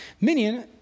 minion